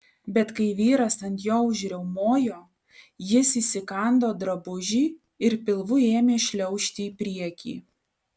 bet kai vyras ant jo užriaumojo jis įsikando drabužį ir pilvu ėmė šliaužti į priekį